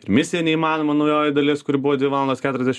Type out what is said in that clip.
ir misija neįmanoma naujoji dalis kur buvo dvi valandos keturiasdešim